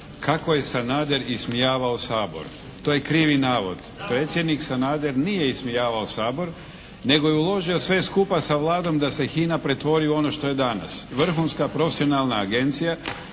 "kako je Sanader ismijavao Sabor". To je krivi navod. Predsjednik Sanader nije ismijavao Sabor nego je uložio sve skupa sa Vladom da se HINA pretvori u ono što je danas vrhunska profesionalna agencija